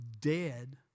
dead